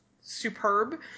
superb